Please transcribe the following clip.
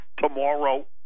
tomorrow